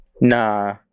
Nah